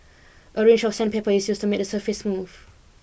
a range of sandpaper is used to make the surface smooth